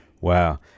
Wow